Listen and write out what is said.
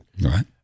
Right